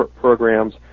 programs